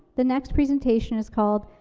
the next presentation is called,